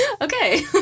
Okay